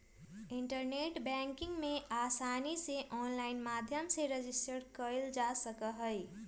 internet banking में आसानी से आनलाइन माध्यम से रजिस्टर कइल जा सका हई